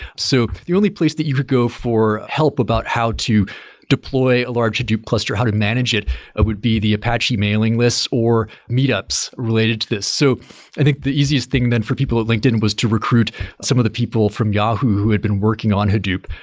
so the only place that you could go for help about how to deploy a large hadoop cluster, how to manage it would be the apache mailing list, or meetups related to this so i think the easiest thing then for people at linkedin was to recruit some of the people from yahoo who had been working on hadoop.